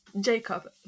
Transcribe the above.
Jacob